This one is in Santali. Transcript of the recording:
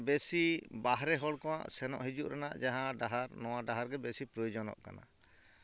ᱵᱮᱥᱤ ᱵᱟᱦᱨᱮ ᱦᱚᱲ ᱠᱚᱣᱟᱜ ᱥᱮᱱᱚᱜ ᱦᱤᱡᱩᱜ ᱨᱮᱱᱟᱜ ᱡᱟᱦᱟᱸ ᱰᱟᱦᱟᱨ ᱱᱚᱣᱟ ᱰᱟᱦᱟᱨ ᱜᱮ ᱵᱮᱥᱤ ᱯᱨᱳᱭᱳᱡᱚᱱᱚᱜ ᱠᱟᱱᱟ